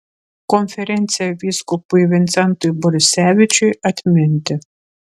konferencija vyskupui vincentui borisevičiui atminti